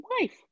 wife